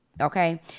Okay